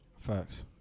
Facts